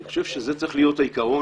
אני חושב שזה צריך להיות העיקרון,